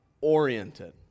oriented